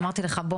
אמרתי לך "בוא,